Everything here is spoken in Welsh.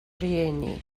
rhieni